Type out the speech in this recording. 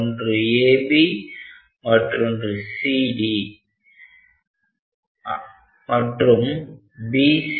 ஒன்று AB மற்றும் CD மற்றொன்று BC மற்றும் AD